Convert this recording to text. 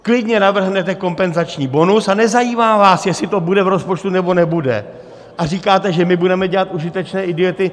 Klidně navrhnete kompenzační bonus a nezajímá vás, jestli to bude v rozpočtu nebo nebude, a říkáte, že my budeme dělat užitečné idioty.